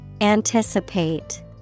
Anticipate